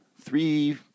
three